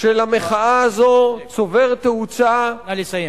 של המחאה הזו צובר תאוצה, נא לסיים.